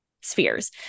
spheres